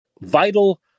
vital